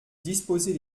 disposez